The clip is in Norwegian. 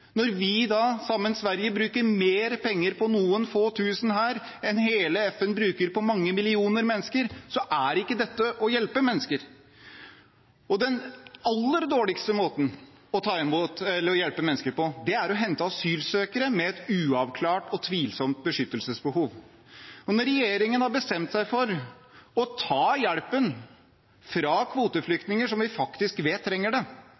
Når vi da, sammen med Sverige, bruker mer penger på noen få tusen her enn hele FN bruker på mange millioner mennesker, er ikke dette å hjelpe mennesker. Den aller dårligste måten å hjelpe mennesker på er å hente asylsøkere med et uavklart og tvilsomt beskyttelsesbehov. Når regjeringen har bestemt seg for å ta hjelpen fra kvoteflyktninger som vi faktisk vet trenger det,